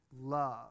love